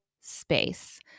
space